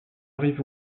rive